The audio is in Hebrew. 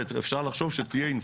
קרוב המשפחה יהיה אשר יהיה,